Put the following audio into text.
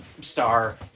Star